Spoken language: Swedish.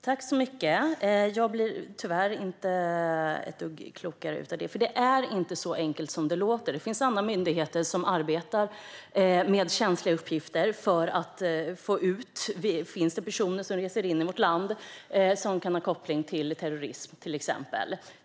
Herr talman! Jag blir tyvärr inte ett dugg klokare av det svaret. Det är inte så enkelt som det låter. Det finns andra myndigheter som arbetar med känsliga uppgifter som rör om det till exempel finns personer som reser in i vårt land och som kan ha koppling till terrorism.